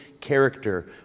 character